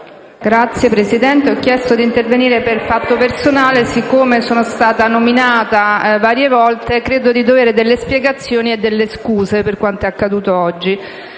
Signor Presidente, ho chiesto di intervenire per fatto personale, perché, essendo stata nominata varie volte, credo di dovere delle spiegazioni e delle scuse per quanto è accaduto oggi.